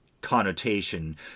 connotation